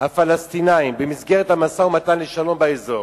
הפלסטינים במסגרת המשא-ומתן לשלום באזור.